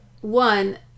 one